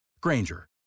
Granger